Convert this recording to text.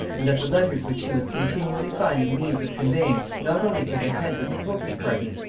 and that the letters which she was continually finding means of conveying not only to the heads of the popish party,